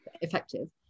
effective